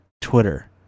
twitter